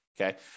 Okay